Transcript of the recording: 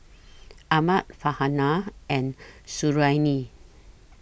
Ahmad Farhanah and Suriani